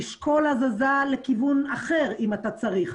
תשקול הזזה לכיוון אחר אם אתה צריך.